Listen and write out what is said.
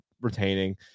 retaining